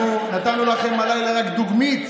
אנחנו נתנו לכם הלילה רק דוגמית